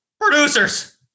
producers